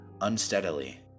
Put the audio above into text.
Unsteadily